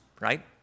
right